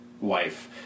wife